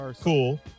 cool